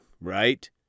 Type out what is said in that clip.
right